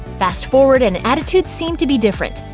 fast forward, and attitudes seem to be different.